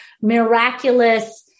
miraculous